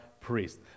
priest